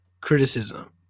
criticism